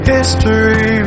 History